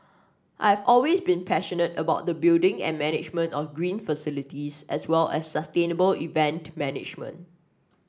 I have always been passionate about the building and management of green facilities as well as sustainable event management